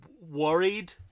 worried